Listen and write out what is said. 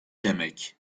demek